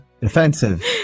Defensive